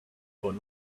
but